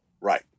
Right